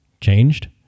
Changed